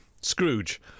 Scrooge